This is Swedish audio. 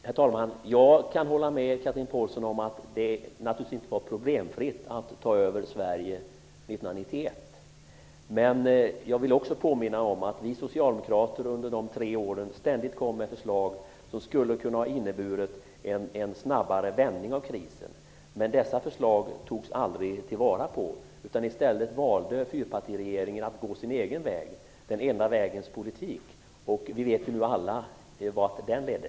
Herr talman! Jag kan hålla med Chatrine Pålsson om att det naturligtvis inte var problemfritt att ta över makten i Sverige 1991. Men jag vill också påminna om att vi socialdemokrater under de tre åren ständigt kom med förslag som skulle ha inneburit en snabbare vändning av krisen. Dessa förslag togs aldrig till vara. I stället valde fyrpartiregeringen att gå sin egen väg, den enda vägens politik. Vi vet ju alla vart den ledde.